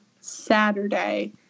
Saturday –